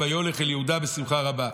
"וילך שמעון